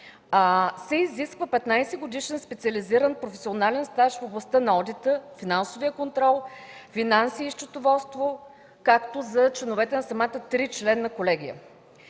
се изисква 15-годишен специализиран професионален стаж в областта на одита, финансовия контрол, финанси и счетоводство, както и за членовете на самата тричленна колегия.